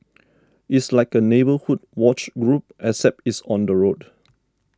it's like a neighbourhood watch group except it's on the road